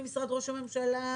במשרד ראש הממשלה,